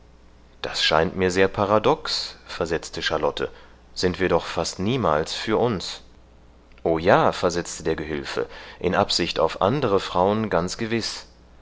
das scheint mir sehr paradox versetzte charlotte sind wir doch fast niemals für uns o ja versetzte der gehülfe in absicht auf andere frauen ganz gewiß